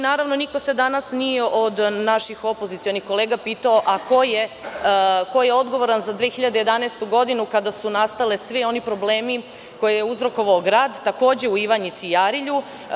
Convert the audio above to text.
Naravno, niko se danas od naših opozicionih kolega nije pitao ko je odgovoran za 2011. godinu, kada su nastali svi oni problemi koje je uzrokovao grad takođe u Ivanjici i Arilju.